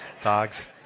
dogs